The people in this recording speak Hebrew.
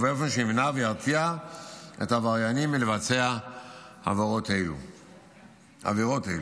ובאופן שימנע וירתיע את העבריינים מלבצע עבירות אלו.